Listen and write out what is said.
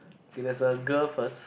okay there's a girl first